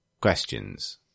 Questions